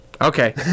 Okay